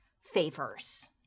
favors